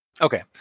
Okay